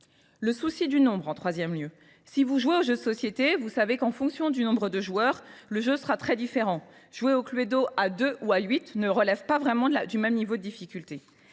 le souci du nombre : si vous jouez aux jeux de société, vous savez qu’en fonction du nombre de joueurs le jeu sera très différent. Jouer au Cluedo à deux ou à huit ne relève pas tout à fait du même niveau de difficulté…